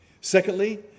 Secondly